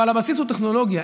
אבל הבסיס הוא טכנולוגיה.